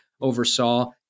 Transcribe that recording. Oversaw